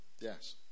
Yes